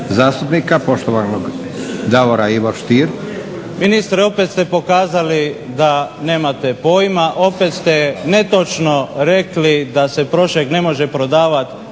Stier. **Stier, Davor Ivo (HDZ)** Ministre opet ste pokazali da nemate pojma, opet ste netočno rekli da se prošek ne može prodavati